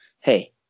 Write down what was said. Hey